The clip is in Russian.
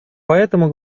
поэтому